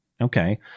Okay